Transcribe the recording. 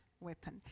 weapon